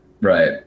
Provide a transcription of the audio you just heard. Right